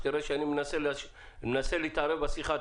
שתראה שאני מנסה להתערב בשיחה.